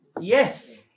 Yes